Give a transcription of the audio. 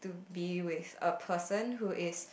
be with a person who is